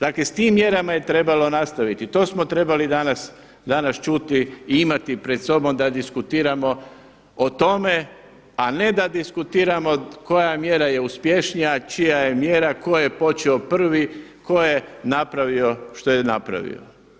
Dakle, s tim mjerama je trebalo nastaviti, to smo trebali danas čuti i imati pred sobom da diskutiramo o tome, a ne da diskutiramo koja mjera je uspješnija, čija je mjera, tko je počeo prvi, tko je napravio što je napravio.